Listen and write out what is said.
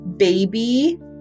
baby